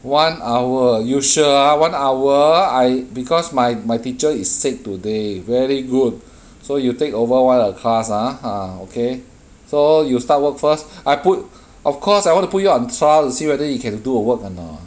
one hour you sure ah one hour I because my my teacher is sick today very good so you take over one of class ah ah okay so you start work first I put of course I want to put you on trial to see whether you can do a work or not